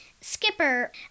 Skipper